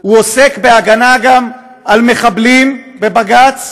הוא עוסק בהגנה גם על מחבלים בבג"ץ,